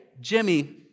Jimmy